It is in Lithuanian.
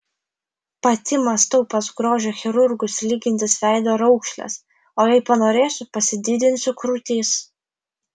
pati mąstau pas grožio chirurgus lygintis veido raukšles o jei panorėsiu pasididinsiu krūtis